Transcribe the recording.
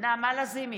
נעמה לזימי,